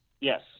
Yes